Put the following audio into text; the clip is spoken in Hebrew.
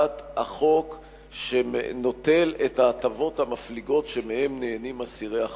חקיקת החוק שנוטל את ההטבות המפליגות שמהן נהנים אסירי ה"חמאס".